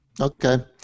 Okay